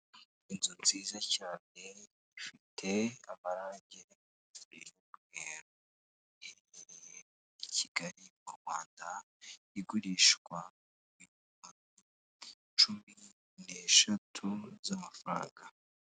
Inzu nziza cyane ifite abarage y'umweru, iherereye i Kigali mu Rwanda, igurishwa miriyoni cumi n'eshatu z'amafaranga.